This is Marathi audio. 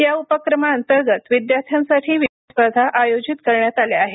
या उपक्रमाअंतर्गत विद्यार्थ्यांसाठी विविध स्पर्धा आयोजित करण्यात आल्या आहेत